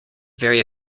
very